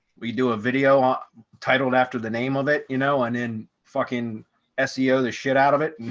we do a video um titled after the name of it, you know, and in fucking seo the shit out of it.